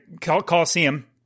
Coliseum